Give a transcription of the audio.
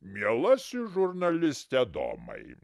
mielasis žurnaliste domai